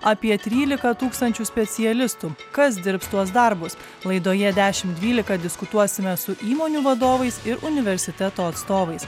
apie tryliką tūkstančių specialistų kas dirbs tuos darbus laidoje dešimt dvylika diskutuosime su įmonių vadovais ir universiteto atstovais